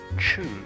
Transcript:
Choose